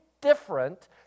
different